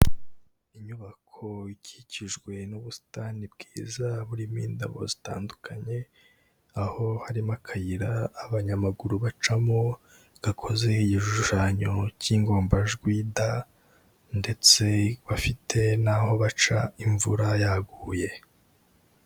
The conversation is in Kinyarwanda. Inyubako ikikijwe n'ubusitani bwiza burimo indabo zitandukanye, aho harimo akayira abanyamaguru bacamo gakoze igishushanyo cy'ingombajwi D ndetse bafite n'aho baca imvura yaguye.